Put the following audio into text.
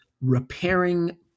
repairing